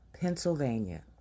Pennsylvania